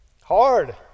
Hard